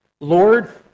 Lord